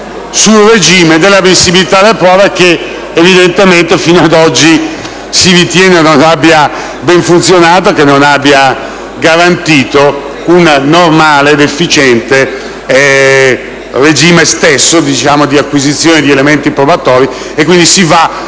sul regime dell'ammissibilità della prova che, evidentemente, fino ad oggi si ritiene non abbia ben funzionato e non abbia garantito una normale ed efficiente acquisizione di elementi probatori. Per queste